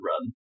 run